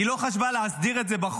היא לא חשבה להסדיר את זה בחוק.